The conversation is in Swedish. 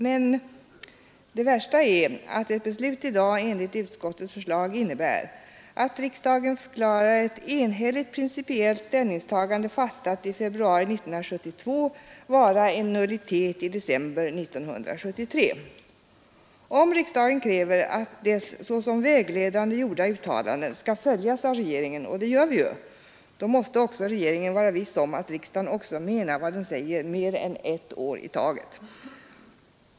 Men det värsta är att ett beslut i dag enligt utskottets förslag innebär att riksdagen förklarar ett enhälligt principiellt ställningstagande, fattat i februari 1972, vara en nullitet i november 1973. Om riksdagen kräver att dess såsom vägledande gjorda uttalanden skall följas av regeringen — och det gör vi ju — då måste regeringen vara viss om att riksdagen också menar vad den säger mer än ett år i taget.